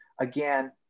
again